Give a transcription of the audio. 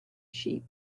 sheep